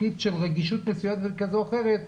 רגישות מסוימת כזו או אחרת,